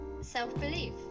self-belief